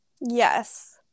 Yes